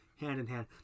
hand-in-hand